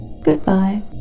Goodbye